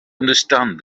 understand